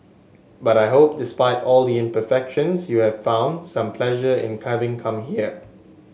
but I hope despite all the imperfections you have found some pleasure in come here